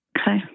Okay